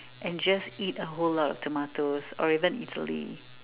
and just eat a whole lot of tomatoes or even Italy